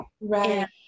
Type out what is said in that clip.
Right